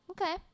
Okay